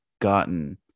gotten